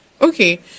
Okay